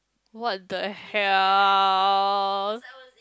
what the hell